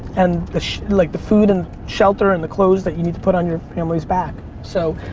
and the like the food and shelter and the clothes that you need to put on your family's back. so,